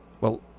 Well